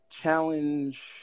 challenge